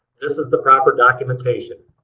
this is the proper documentation.